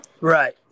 Right